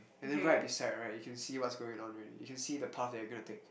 and then right beside right you can see what's going on you can see the path that you're going to take